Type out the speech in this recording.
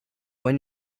when